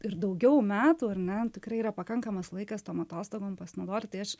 ir daugiau metų ar ne tikrai yra pakankamas laikas tom atostogom pasinaudoti tai aš